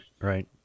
right